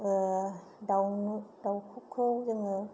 दावनो दावफोरखौ जोङो